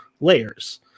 layers